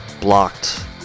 blocked